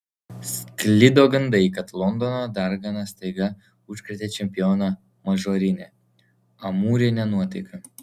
sklido gandai kad londono dargana staiga užkrėtė čempioną mažorine amūrine nuotaika